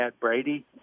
Brady